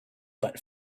but